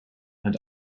and